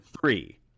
Three